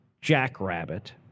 jackrabbit